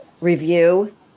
review